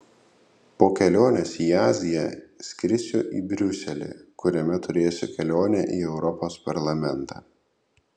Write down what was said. po kelionės į aziją skrisiu į briuselį kuriame turėsiu kelionę į europos parlamentą